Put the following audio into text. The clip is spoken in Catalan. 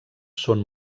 són